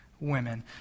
women